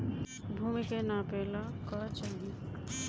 भूमि के नापेला का चाही?